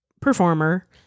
performer